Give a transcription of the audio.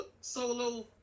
solo